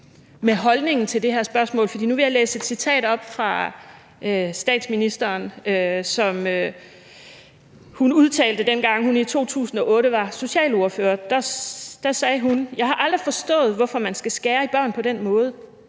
med holdningen til det her spørgsmål, for nu vil jeg læse et citat op fra statsministeren, som hun udtalte, dengang hun var socialordfører i 2008: »Jeg har aldrig forstået, hvorfor man skal skære i børn på den måde.